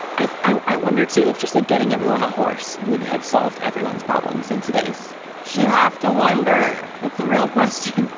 i i wonder too if just like getting everyone a horse would have solved everyone's problems in today's show, you have to wonder. that's the real question.